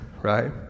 right